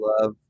love